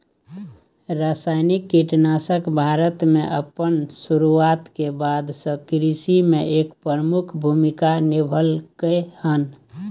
रासायनिक कीटनाशक भारत में अपन शुरुआत के बाद से कृषि में एक प्रमुख भूमिका निभलकय हन